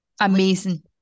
Amazing